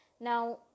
Now